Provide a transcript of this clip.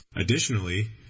Additionally